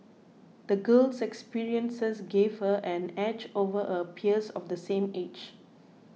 the girl's experiences gave her an edge over her peers of the same age